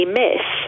miss